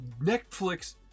Netflix